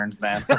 man